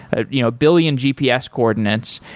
a you know billion gps coordinates,